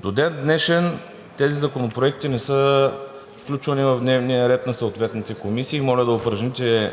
До ден днешен тези законопроекти не са включвани в дневния ред на съответните комисии. Моля да упражните целия